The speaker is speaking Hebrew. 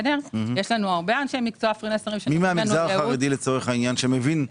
מי מהמגזר החרדי שמבין?